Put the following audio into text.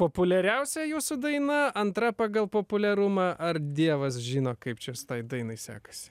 populiariausia jūsų daina antra pagal populiarumą ar dievas žino kaip čia s tai dainai sekasi